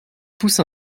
pousse